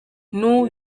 new